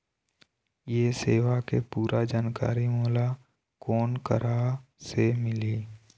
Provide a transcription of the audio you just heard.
ये सेवा के पूरा जानकारी मोला कोन करा से मिलही?